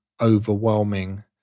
overwhelming